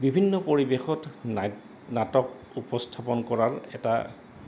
বিভিন্ন পৰিৱেশত ন নাটক উপস্থাপন কৰাৰ এটা